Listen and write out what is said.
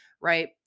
right